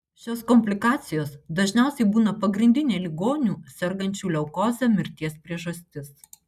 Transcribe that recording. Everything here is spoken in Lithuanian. šios komplikacijos dažniausiai būna pagrindinė ligonių sergančių leukoze mirties priežastis